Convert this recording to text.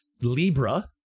libra